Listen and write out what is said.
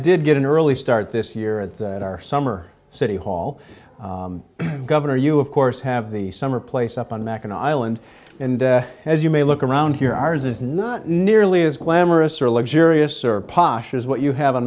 did get an early start this year at that our summer city hall governor you of course have the summer place up on mackinaw island and as you may look around here ours is not nearly as glamorous or luxurious or posh as what you have a